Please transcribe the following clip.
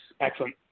Excellent